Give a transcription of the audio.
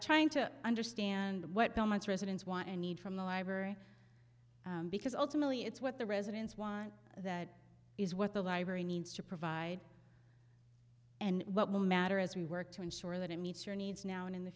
trying to understand what residents want and need from the library because ultimately it's what the residents want that is what the library needs to provide and what will matter as we work to ensure that it meets your needs now and in the